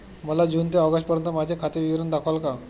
मला जून ते ऑगस्टपर्यंतचे माझे खाते विवरण दाखवाल का?